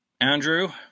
Andrew